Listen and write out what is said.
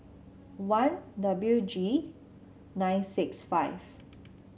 one W G nine six five